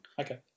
Okay